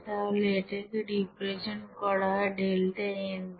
তাহলে এটাকে রিপ্রেজেন্ট করা হয় ডেল্টা n দিয়ে